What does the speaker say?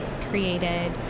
created